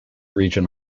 region